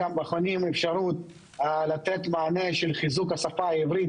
אנחנו בוחנים אפשרות לתת מענה חיזוק השפה העברית